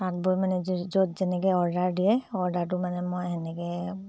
তাত বৈ মানে য য'ত যেনেকৈ অৰ্ডাৰ দিয়ে অৰ্ডাৰটো মানে মই তেনেকৈ